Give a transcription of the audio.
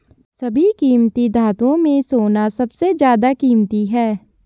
सभी कीमती धातुओं में सोना सबसे ज्यादा कीमती है